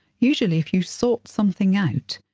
usually if you sort something out,